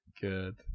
good